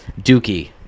dookie